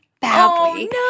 Badly